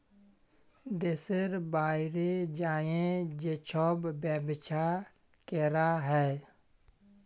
দ্যাশের বাইরে যাঁয়ে যে ছব ব্যবছা ক্যরা হ্যয়